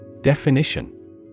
Definition